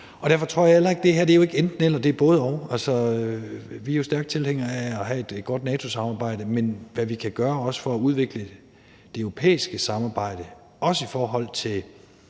Derfor tror jeg jo heller ikke, det her er enten-eller. Det er både-og. Altså, vi er jo stærk tilhængere af at have et godt NATO-samarbejde. Men det, vi kan gøre for at udvikle det europæiske samarbejde – også i forhold til